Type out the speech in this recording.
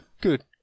Good